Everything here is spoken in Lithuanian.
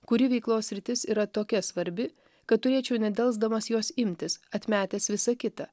kuri veiklos sritis yra tokia svarbi kad turėčiau nedelsdamas jos imtis atmetęs visa kitą